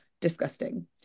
disgusting